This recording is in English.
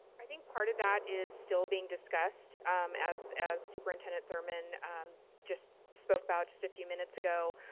i think part of that is still being discussed um as as superintendent thurmond just spoke about just a few minutes ago.